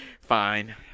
Fine